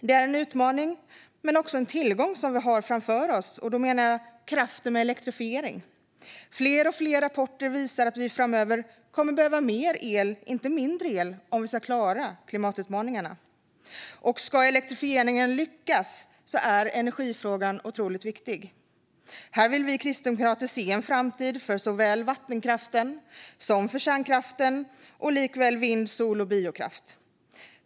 Det är en utmaning men också en tillgång som vi har framför oss, och då menar jag kraften med elektrifiering. Fler och fler rapporter visar att vi framöver behöver mer el, inte mindre el, om vi ska klara klimatutmaningarna. Ska elektrifieringen lyckas är energifrågan otroligt viktig. Här vill vi kristdemokrater se en framtid för såväl vattenkraften och kärnkraften som vind, sol och biokraft.